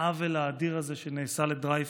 העוול האדיר הזה שנעשה לדרייפוס,